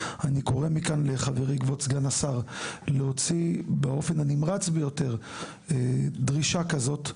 אני קורא מכאן לחברי כבוד סגן השר להוציא באופן הנמרץ ביותר דרישה כזאת,